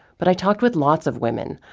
but i talked with lots of women,